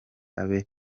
abe